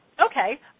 okay